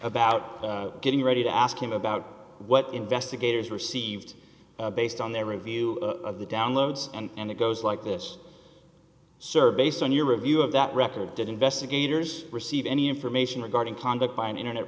about getting ready to ask him about what investigators received based on their review of the downloads and it goes like this sir based on your review of that record did investigators receive any information regarding conduct by an internet